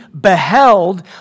beheld